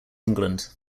england